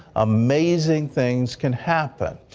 amazing things can happen.